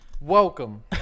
welcome